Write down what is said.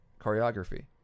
choreography